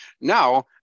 Now